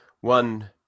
one